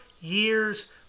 years